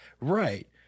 Right